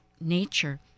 nature